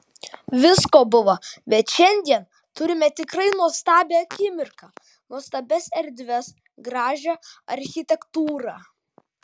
visko buvo bet šiandien turime tikrai nuostabią akimirką nuostabias erdves gražią architektūrą